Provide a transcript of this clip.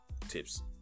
tips